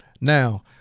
Now